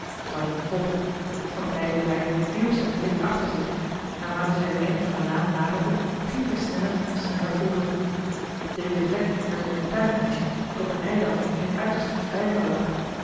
tonie volgde van tijd tot tijd wierp zij een blik achter zich naarmate zij het eind van de laan naderden ging zij sneller en sneller voort marcellus emants een drietal novellen de witte vlek werd tot een tuinhuisje dat op een eiland in een uitgestrekten vijver lag